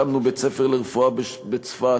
הקמנו בית-ספר לרפואה בצפת,